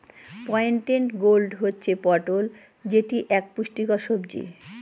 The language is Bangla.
পয়েন্টেড গোর্ড হচ্ছে পটল যেটি এক পুষ্টিকর সবজি